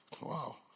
Wow